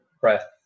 breath